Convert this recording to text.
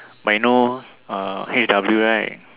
like know eh H_W right